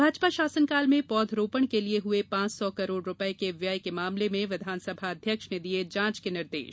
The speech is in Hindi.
भाजपा शासनकाल में पौधरोपण के लिए हुए पांच सौ करोड़ रुपये व्यय के मामले में विधानसभा अध्यक्ष ने दिये जांच के निर्देश